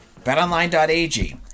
BetOnline.ag